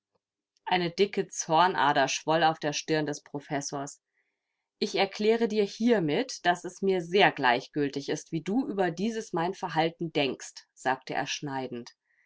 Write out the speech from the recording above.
eine dicke zornader schwoll auf der stirn des professors ich erkläre dir hiermit daß es mir sehr gleichgültig ist wie du über dieses mein verhalten denkst sagte er schneidend